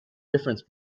difference